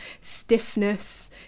stiffness